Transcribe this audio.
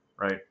right